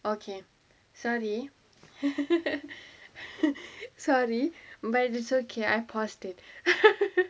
okay sorry sorry but it's okay I passed it